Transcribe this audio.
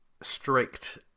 strict